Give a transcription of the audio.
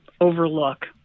overlook